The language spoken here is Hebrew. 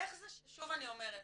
איך זה ששוב אני אומרת,